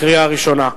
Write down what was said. קריאה ראשונה.